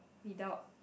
without